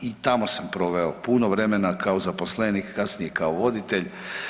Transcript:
I tamo sam proveo puno vremena kao zaposlenik, kasnije kao voditelj.